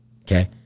Okay